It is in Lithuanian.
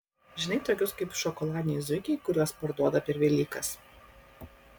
žinai tokius kaip šokoladiniai zuikiai kuriuos parduoda per velykas